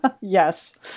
Yes